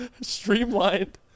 streamlined